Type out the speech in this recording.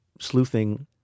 sleuthing